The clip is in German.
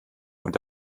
und